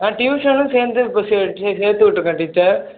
ஆ டியூஷனும் சேர்ந்து இப்போ சேர்த்துவுட்ருக்கேன் டீச்சர்